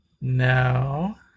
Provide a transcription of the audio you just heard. No